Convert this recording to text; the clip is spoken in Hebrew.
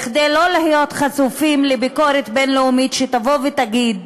כדי לא להיות חשופים לביקורת בין-לאומית שתבוא ותגיד: